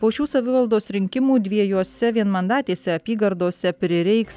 po šių savivaldos rinkimų dviejose vienmandatėse apygardose prireiks